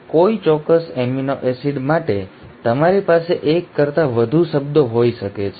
કોઈ ચોક્કસ amino acid માટે તમારી પાસે એક કરતા વધુ શબ્દો હોઈ શકે છે